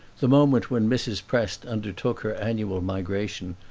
the moment when mrs. prest undertook her annual migration,